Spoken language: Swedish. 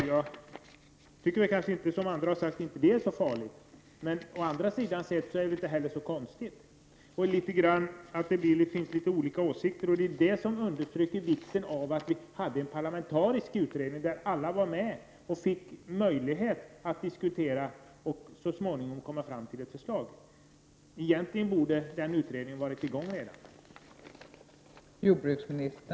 Men jag tycker inte som andra här att det är så farligt. Å andra sidan är det inte heller så konstigt att det finns olika åsikter. Därför är det viktigt med en parlamenterisk utredning, så att alla partier kan vara med och diskutera och så småningom komma fram till ett förslag. Egentligen borde den utredningen redan ha påbörjats.